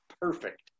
perfect